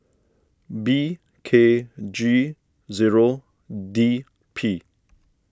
B K G zero D P